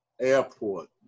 airport